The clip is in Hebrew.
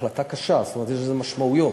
זאת החלטה קשה, יש לזה משמעויות.